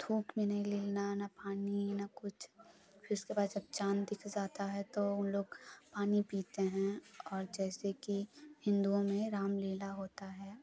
थूक भी नहीं लीलना ना पानी ना कुछ फिर उसके बाद जब चाँद दिख जाता है तो उन लोग पानी पीते हैं और जैसे कि हिन्दुओं में रामलीला होता है